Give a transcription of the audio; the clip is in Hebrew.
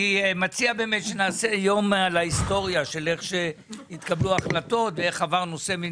אני מציע שנעשה יום להיסטוריה שמראה איך התקבלו החלטות ואיך עבר נושא.